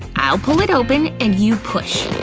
i'll pull it open and you push!